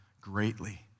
greatly